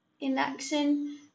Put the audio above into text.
inaction